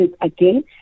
again